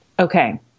Okay